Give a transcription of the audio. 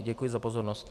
Děkuji za pozornost.